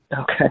Okay